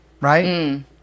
right